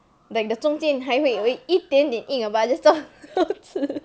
like the 中间还会有一点点硬 ah but then 照 照吃